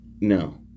no